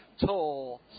tall